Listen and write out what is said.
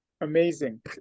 Amazing